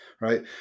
right